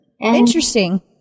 Interesting